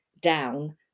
down